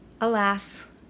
Alas